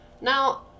Now